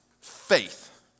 faith